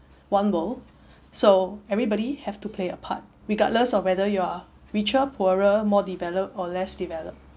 one world so everybody have to play a part regardless of whether you are richer poorer more developed or less developed